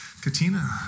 Katina